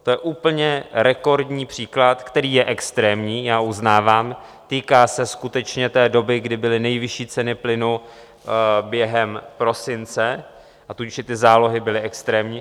To je úplně rekordní příklad, který je extrémní, já uznávám, týká se skutečně té doby, kdy byly nejvyšší ceny plynu během prosince, a tudíž i ty zálohy byly extrémní.